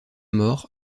mort